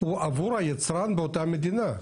הוא עבור היצרן באותה מדינה.